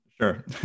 Sure